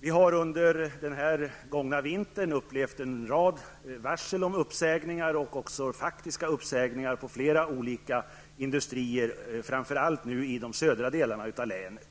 Vi har under den gångna vintern upplevt en rad varsel om uppsägningar liksom faktiska uppsägningar på flera olika industrier, framför allt i de södra delarna av länet.